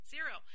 Zero